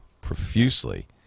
profusely